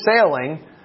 sailing